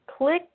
Click